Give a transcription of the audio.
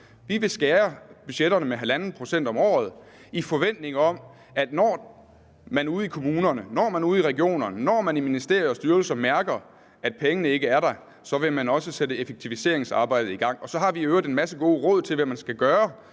Vi vil skære budgetterne med 1½ pct. om året i forventning om, at når man ude i kommunerne, når man ude i regionerne, når man i ministerier og styrelser mærker, at pengene ikke er der, så vil man også sætte effektiviseringsarbejdet i gang. Og så har vi i øvrigt en masse gode råd til, hvad man skal gøre;